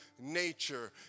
nature